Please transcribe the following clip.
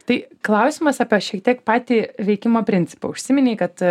tai klausimas apie šiek tiek patį veikimo principą užsiminei kad